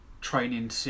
training